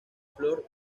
flor